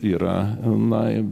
yra na